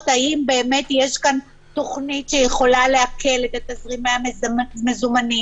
האם באמת יש כאן תוכנית שיכולה להקל את תזרימי המזומנים,